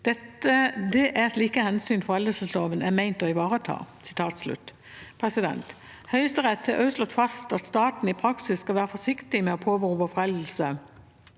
Det er ikke slike hensyn foreldelsesloven er ment å ivareta.» Høyesterett har også slått fast at staten i praksis skal være forsiktig med å påberope foreldelse